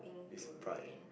is bright